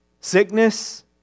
Sickness